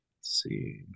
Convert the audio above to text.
see